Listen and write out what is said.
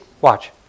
Watch